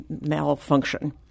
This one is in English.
malfunction